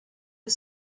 was